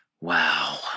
Wow